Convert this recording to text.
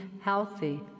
healthy